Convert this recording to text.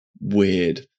weird